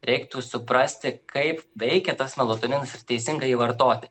reiktų suprasti kaip veikia tas melatoninas ir teisingai jį vartoti